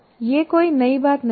यह कोई नई बात नहीं है